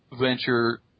venture